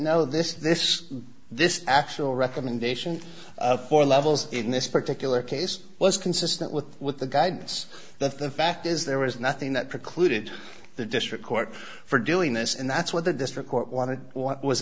no this this this actual recommendation of four levels in this particular case was consistent with what the guidance the fact is there was nothing that precluded the district court for doing this and that's what the district court wanted was